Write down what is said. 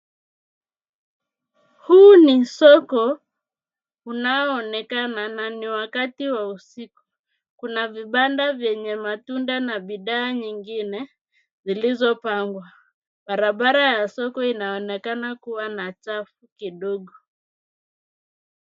Huu ni soko unaonekana na ni wakati wa usiku. Kuna vibanda vyenye matunda na bidhaa nyingine zilizopangwa. Barabara ya soko inaonekana kuwa na chafu kidogo.